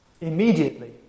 Immediately